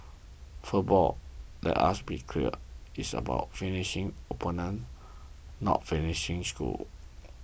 football let us be clear is about finishing opponents not finishing schools